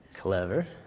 Clever